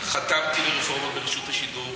חתמתי על רפורמה ברשות השידור,